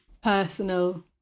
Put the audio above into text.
personal